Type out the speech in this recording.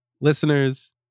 Listeners